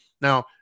now